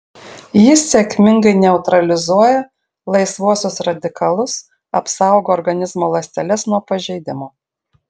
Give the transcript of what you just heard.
jis sėkmingai neutralizuoja laisvuosius radikalus apsaugo organizmo ląsteles nuo pažeidimo